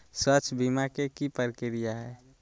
स्वास्थ बीमा के की प्रक्रिया है?